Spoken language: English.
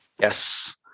Yes